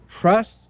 trust